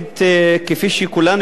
כפי שכולנו יודעים,